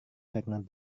karena